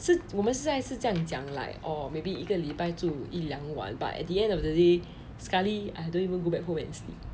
是我们现在是这样讲 like oo maybe 一个礼拜住一两晚 but at the end of the day sekali I don't even go back home and sleep